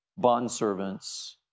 bondservants